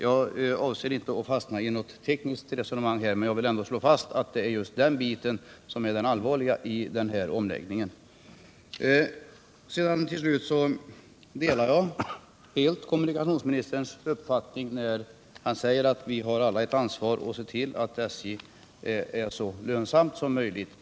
Jag avser inte att fastna i något tekniskt resonemang men vill ändå slå fast, att det är just detta som är det allvarliga i omläggningen. Jag delar slutligen helt kommunikationsministerns uppfattning att vi alla har ett ansvar för att se till att SJ blir så lönsamt som möjligt.